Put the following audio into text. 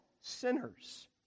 sinners